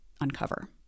uncover